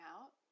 out